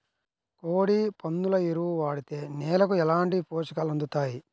కోడి, పందుల ఎరువు వాడితే నేలకు ఎలాంటి పోషకాలు అందుతాయి